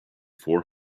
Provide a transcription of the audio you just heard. four